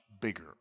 bigger